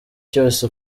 cyose